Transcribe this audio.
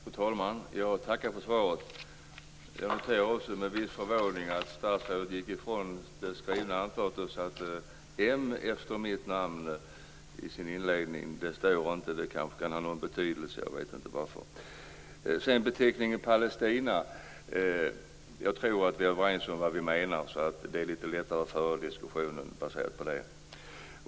Fru talman! Jag tackar för svaret. Jag noterade med viss förvåning att statsrådet gick ifrån det skrivna svaret och satte ett m efter mitt namn i inledningen. Det kanske kan ha någon betydelse. Jag vet inte varför han gjorde det. Jag tror att vi är överens om vad vi menar med beteckningen Palestina, och det är litet lättare att föra diskussionen baserat på det.